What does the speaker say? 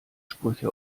sprüche